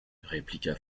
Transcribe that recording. répliqua